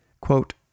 Quote